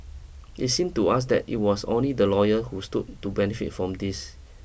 it seem to us that it was only the lawyer who stood to benefit from this